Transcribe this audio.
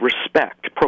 respect